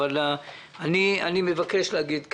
אבל אני מבקש להגיד כדלהלן: